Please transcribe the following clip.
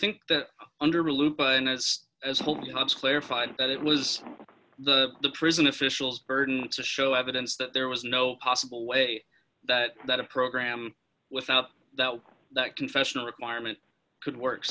think that under lupin as as holmes clarified that it was the prison officials burden to show evidence that there was no possible way that that a program without doubt that confessional requirement could work